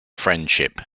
friendship